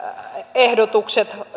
ehdotukset